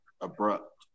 abrupt